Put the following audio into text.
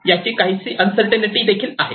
याची काहीशी अन्सरटीनीटी ही आहे